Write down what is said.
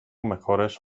mejores